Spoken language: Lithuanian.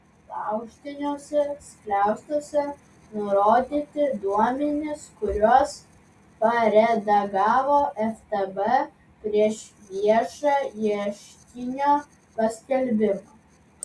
laužtiniuose skliaustuose nurodyti duomenys kuriuos paredagavo ftb prieš viešą ieškinio paskelbimą